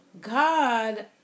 God